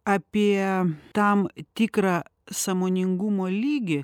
apie tam tikrą sąmoningumo lygį